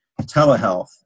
telehealth